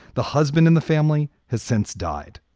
the husband in the family has since died.